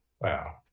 Wow